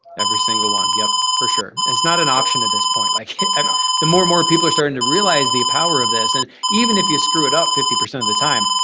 every single one yep, for sure. it's not an option at this point. like the more and more people are starting to realize the power of this. and even if you screw it up fifty percent of the time,